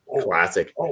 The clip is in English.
classic